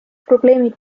probleemid